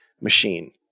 machine